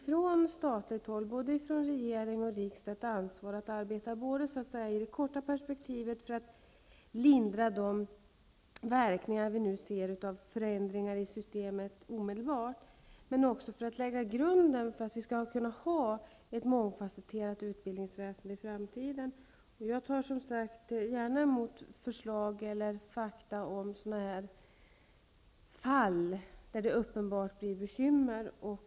Från statligt håll, både från regering och riksdag, har vi ett ansvar för att arbeta i det korta perspektivet, för att lindra de verkningar vi nu ser av förändringar i systemet omedelbart. Men vi har också ett ansvar för att lägga grunden för att vi skall ha ett mångfasetterat utbildningsväsende i framtiden. Jag tar gärna emot förslag eller fakta om fall där det uppenbart blir bekymmer.